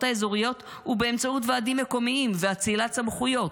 האזוריות הוא באמצעות ועדים מקומיים ואצילת סמכויות,